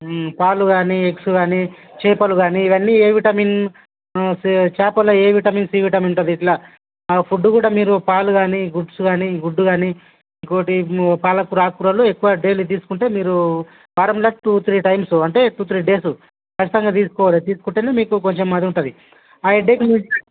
పాలు కానీ ఎగ్స్ కానీ చేపలు కానీ ఇవన్నీ ఏ విటమిన్ చేపలలో ఏ విటమిన్ సి విటమిన్ ఉంటుంది ఇట్లా ఫుడ్డు కూడా మీరు పాలు కానీ గుద్దు కానీ గుడ్డు కానీ ఇంకోటి పాలకూర ఆకుకూరలు ఎక్కువ డైలీ తీసుకుంటే మీరు వారంలో టూ త్రీ టైమ్స్ అంటే టూ త్రీ డేసు ఖచ్చితంగా తీసుకోవాలి తీసుకుంటే మీకు కొంచెం అది ఉంటుంది ఆ హెడేక్